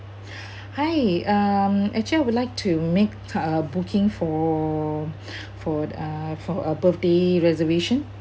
hi um actually I would like to make a booking for for uh for a birthday reservation